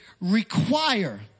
require